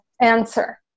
answer